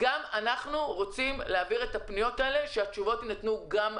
אנחנו צריכים אותם ואתכם חיים,